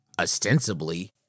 ostensibly